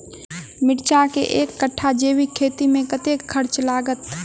मिर्चा केँ एक कट्ठा जैविक खेती मे कतेक खर्च लागत?